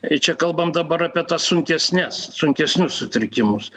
tai čia kalbam dabar apie tas sunkesnes sunkesnius sutrikimus